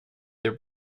their